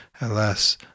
Alas